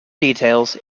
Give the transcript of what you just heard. details